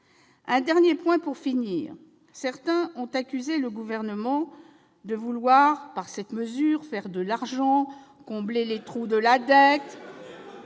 un dernier point pour finir : certains ont accusé le Gouvernement de vouloir, par cette mesure, gagner de l'argent, combler la dette,